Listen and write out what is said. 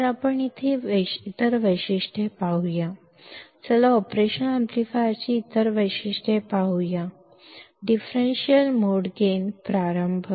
तर आपण इतर काही वैशिष्ट्ये पाहूया चला ऑपरेशनल एम्पलीफायरची इतर वैशिष्ट्ये पाहूया डिफरेंशियल मोड गेन प्रारंभ